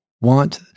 want